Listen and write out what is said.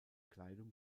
kleidung